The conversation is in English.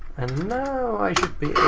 and now i should be